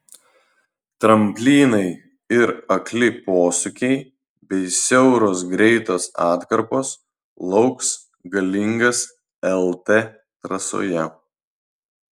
tramplynai ir akli posūkiai bei siauros greitos atkarpos lauks galingas lt trasoje